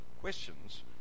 questions